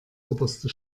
oberste